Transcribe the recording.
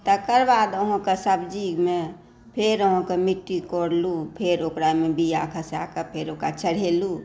तकर बाद अहाँकेँ सब्जीमे फेर अहाँकेॅं मिट्टी कोरलहुॅं फेर ओकरामे बीया खसाए कऽ फेर ओकरा चढ़ेलहुॅं